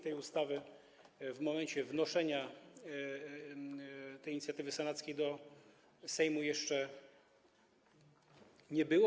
Tej ustawy w momencie wnoszenia inicjatywy senackiej do Sejmu jeszcze nie było.